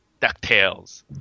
DuckTales